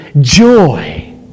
joy